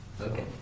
Okay